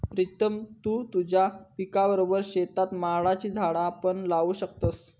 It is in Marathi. प्रीतम तु तुझ्या पिकाबरोबर शेतात माडाची झाडा पण लावू शकतस